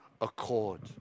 accord